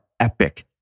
Epic